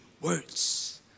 words